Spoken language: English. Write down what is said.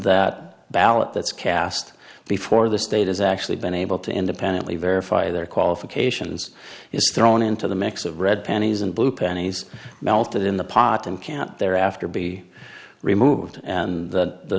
that ballot that's cast before the state has actually been able to independently verify their qualifications is thrown into the mix of red panties and blue pennies melted in the pot and can't thereafter be removed and th